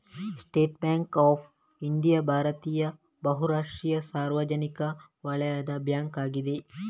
state Bank of India ಭಾರತೀಯ ಬಹು ರಾಷ್ಟ್ರೀಯ ಸಾರ್ವಜನಿಕ ವಲಯದ ಬ್ಯಾಂಕ್ ಅಗಿದೆ